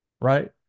Right